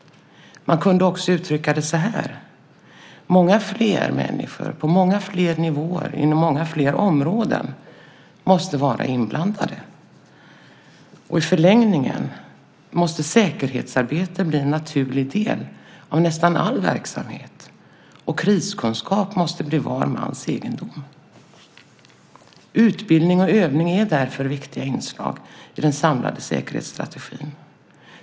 Man kunde också uttrycka det så här: Många fler människor, på många fler nivåer, inom många fler områden, måste vara inblandade. I förlängningen måste säkerhetsarbetet bli en naturlig del av nästan all verksamhet, och kriskunskap måste bli var mans egendom. Utbildning och övning är därför viktiga inslag i den samlade säkerhetsstrategin.